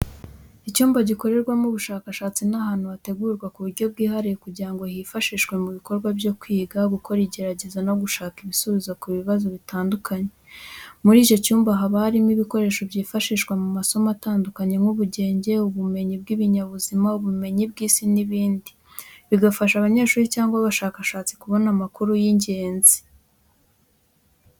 Icyumba gikorerwamo ubushakashatsi ni ahantu hategurwa ku buryo bwihariye kugira ngo hifashishwe mu bikorwa byo kwiga, gukora igerageza no gushaka ibisubizo ku bibazo bitandukanye. Muri icyo cyumba haba harimo ibikoresho byifashishwa mu masomo atandukanye nk'ubugenge, ubumenyi bw'ibinyabuzima, ubumenyi bw'Isi n'ibindi, bigafasha abanyeshuri cyangwa abashakashatsi kubona amakuru y'ingenzi